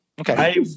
Okay